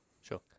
Sure